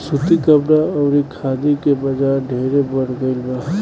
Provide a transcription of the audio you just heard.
सूती कपड़ा अउरी खादी के बाजार ढेरे बढ़ गईल बा